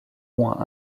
moins